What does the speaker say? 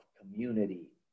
community